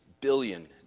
billion